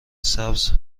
سبز